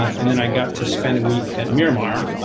and then i got to spend a week at myanmar,